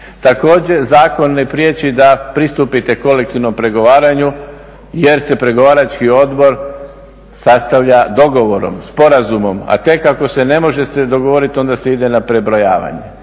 Također zakon ne priječi da pristupite kolektivnom pregovaranju jer se pregovarački odbor sastavlja dogovorom, sporazumom, a tek ako se ne može dogovoriti onda se ide na prebrojavanje.